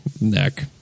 neck